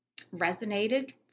resonated